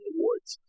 Awards